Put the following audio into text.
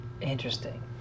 Interesting